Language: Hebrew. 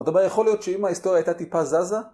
אבל יכול להיות שאם ההיסטוריה הייתה טיפה זזה?